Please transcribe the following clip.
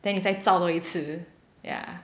then 你再照多一次 yeah